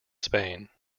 spain